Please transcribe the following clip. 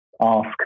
ask